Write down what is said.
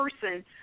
person